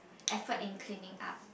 effort in cleaning up